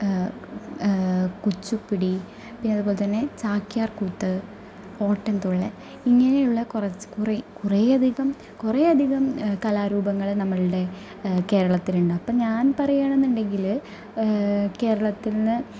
കുച്ചിപ്പുടി പിന്നതുപോലെ തന്നെ ചാക്യാര്കൂത്ത് ഓട്ടന്തുള്ളല് ഇങ്ങനെയുള്ള കുറച്ച് കുറേ കുറേയധികം കുറേയധികം കലാരൂപങ്ങള് നമ്മളുടെ കേരളത്തിലുണ്ട് അപ്പം ഞാന് പറയുകയാണെന്ന് ഉണ്ടെങ്കില് കേരളത്തിന്